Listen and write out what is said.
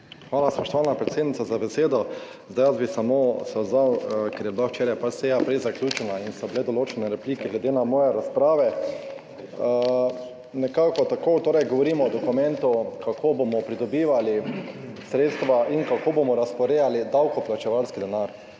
Hvala, spoštovana predsednica, za besedo. Zdaj bi se samo odzval na to, ker je bila včeraj seja prej zaključena in so bile določene replike glede na moje razprave. Torej, govorimo o dokumentu, kako bomo pridobivali sredstva in kako bomo razporejali davkoplačevalski denar,